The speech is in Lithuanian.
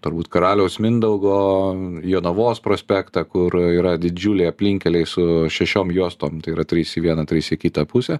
turbūt karaliaus mindaugo jonavos prospektą kur yra didžiuliai aplinkkeliai su šešiom juostom tai yra trys į vieną trys į kitą pusę